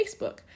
Facebook